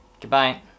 Goodbye